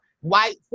white